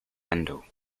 window